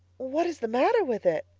what is the matter with it?